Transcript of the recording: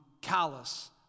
callous